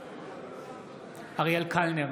בעד אריאל קלנר,